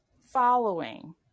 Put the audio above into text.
following